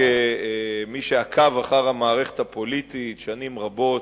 כמי שעקב אחר המערכת הפוליטית שנים רבות,